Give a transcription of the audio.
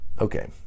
Okay